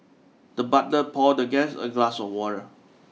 the butler poured the guest a glass of water